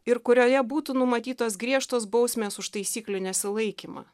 ir kurioje būtų numatytos griežtos bausmės už taisyklių nesilaikymą